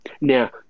Now